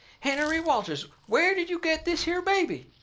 hennerey walters, where did you get this here baby?